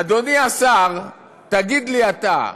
אדוני השר, תגיד לי אתה: